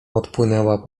odpłynęła